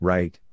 Right